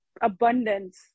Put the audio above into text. abundance